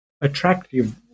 attractive